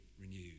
renewed